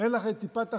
אין לכם טיפת אחריות?